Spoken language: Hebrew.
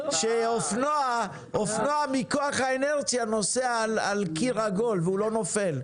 כשאופנוע מכוח האינרציה נוסע סביב קיר עגול והוא לא נופל,